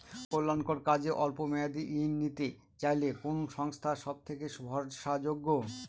জনকল্যাণকর কাজে অল্প মেয়াদী ঋণ নিতে চাইলে কোন সংস্থা সবথেকে ভরসাযোগ্য?